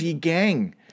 gang